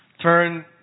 turn